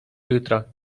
jutra